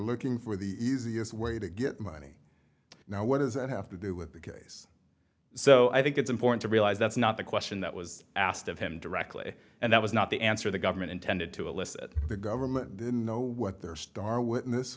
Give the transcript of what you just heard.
looking for the easiest way to get money now what does that have to do with the case so i think it's important to realize that's not the question that was asked of him directly and that was not the answer the government intended to elicit the government didn't know what their star witness